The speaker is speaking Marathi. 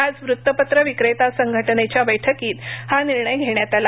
आज वृत्तपत्र विक्रेता संघटनेच्या बैठकीत हा निर्णय घेण्यात आला